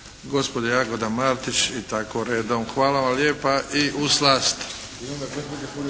gospođa Jagoda Martić i tako redom. Hvala vam lijepa i u slast!